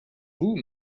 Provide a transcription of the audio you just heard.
vous